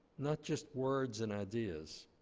not just words and ideas.